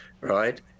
right